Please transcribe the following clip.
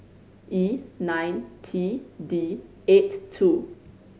E nine T D eight two